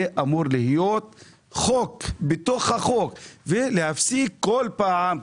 זה אמור להיות חוק בתוך החוק ולהפסיק כל פעם,